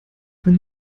wenn